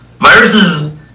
Viruses